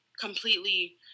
completely